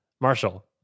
Marshall